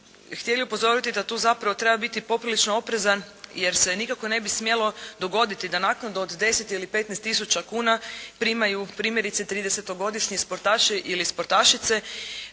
htjeli upozoriti da tu zapravo treba biti poprilično oprezan jer se nikako ne bi smjelo dogoditi da naknadu od 10 ili 15 tisuća kuna primaju primjerice 30.-godišnji sportaši ili sportašice,